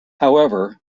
however